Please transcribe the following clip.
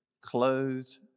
clothed